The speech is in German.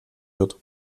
wird